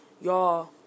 y'all